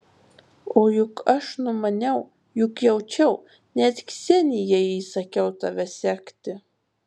o juk aš numaniau juk jaučiau net ksenijai įsakiau tave sekti